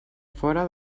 fora